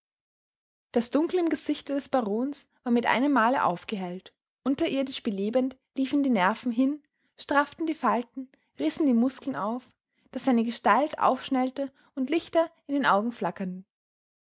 das dunkel im gesichte des barons war mit einem male aufgehellt unterirdisch belebend liefen die nerven hin strafften die falten rissen die muskeln auf daß seine gestalt aufschnellte und lichter in den augen flackerten